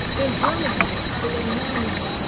in germany the alemani,